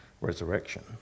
resurrection